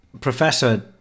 Professor